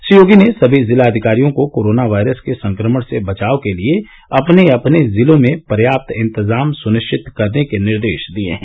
श्री योगी ने सभी जिलाधिकारियों को कोरोना वायरस के संक्रमण से बचाव के लिए अपने अपने जिलों में पर्याप्त इंतजाम सुनिश्चित करने के निर्देश दिए हैं